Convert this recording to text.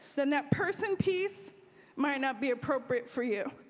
then that person piece might not be appropriate for you.